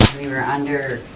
we were under